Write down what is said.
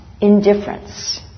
indifference